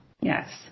Yes